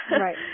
right